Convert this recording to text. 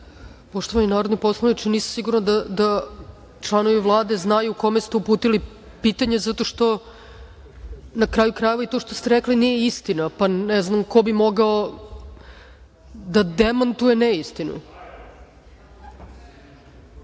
Poštovani narodni poslaniče, nisam sigurna da članovi Vlade znaju kome ste uputili pitanje, zato što, na kraju krajeva, i to što ste rekli nije istina, pa ne znam ko bi mogao da demantuje neistinu.